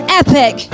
epic